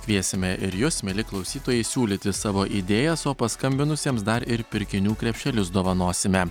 kviesime ir jus mieli klausytojai siūlyti savo idėjas o paskambinusiems dar ir pirkinių krepšelius dovanosime